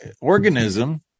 organism